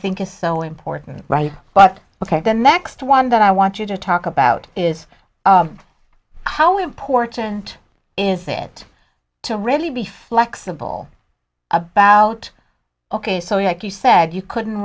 think is so important right but ok the next one that i want you to talk about is how important is it to really be flexible about ok so you like you said you couldn't